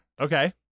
Okay